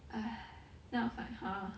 !hais! then I was like !huh!